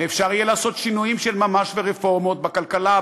ויהיה אפשר לעשות שינויים של ממש ורפורמות בכלכלה,